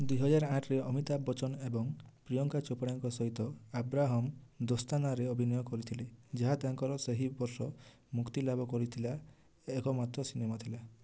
ଦୁଇହଜାରଆଠରେ ଅମିତାଭ ବଚ୍ଚନ ଏବଂ ପ୍ରିୟଙ୍କା ଚୋପ୍ରାଙ୍କ ସହିତ ଆବ୍ରାହମମ୍ ଦୋସ୍ତାନାରେ ଅଭିନୟ କରିଥିଲେ ଯାହା ତାଙ୍କର ସେହି ବର୍ଷ ମୁକ୍ତିଲାଭ କରିଥିଲା ଏକମାତ୍ର ସିନେମା ଥିଲା